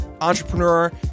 entrepreneur